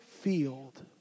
field